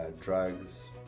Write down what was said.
drugs